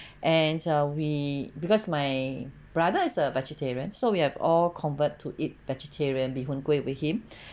and err we because my brother is a vegetarian so we have all convert to eat vegetarian mee hoon kueh with him